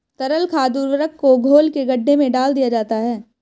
तरल खाद उर्वरक को घोल के गड्ढे में डाल दिया जाता है